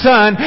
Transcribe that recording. Son